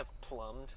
plumbed